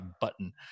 button